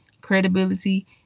credibility